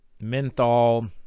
menthol